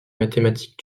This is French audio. mathématiques